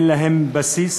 אין להם בסיס,